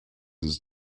his